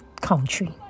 country